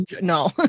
No